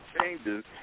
changes